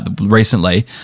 recently